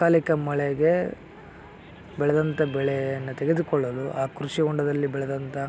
ಅಕಾಲಿಕ ಮಳೆಗೆ ಬೆಳೆದಂತ ಬೆಳೆಯನ್ನು ತೆಗೆದುಕೊಳ್ಳಲು ಆ ಕೃಷಿ ಹೊಂಡದಲ್ಲಿ ಬೆಳೆದಂತ